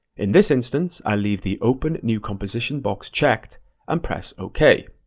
in this instance, i leave the open new composition box checked and press ok.